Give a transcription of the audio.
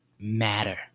matter